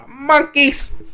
Monkeys